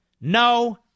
No